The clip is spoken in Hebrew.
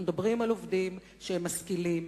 אנחנו מדברים על עובדים שהם משכילים,